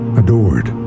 adored